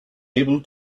able